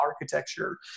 architecture